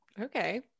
Okay